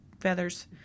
feathers